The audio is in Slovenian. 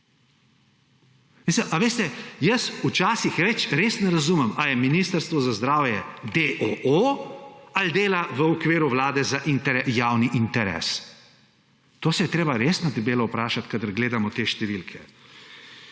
Veste, včasih res ne razumem več, ali je Ministrstvo za zdravje d. o. o. ali dela v okviru Vlade za javni interes. To se je treba res na debelo vprašati, kadar gledamo te številke.